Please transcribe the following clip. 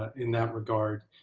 in that regard,